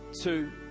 Two